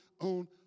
on